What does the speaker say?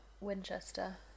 Winchester